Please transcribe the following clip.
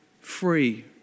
free